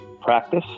practice